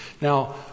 now